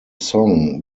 song